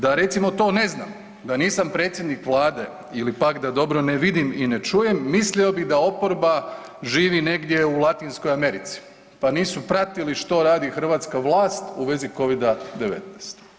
Da recimo to ne znam, da nisam predsjednik vlade ili pak da dobro ne vidim i ne čujem mislio bi da oporba živi negdje u Latinskoj Americi, pa nisu pratili što radi hrvatska vlast u vezi Covid-19.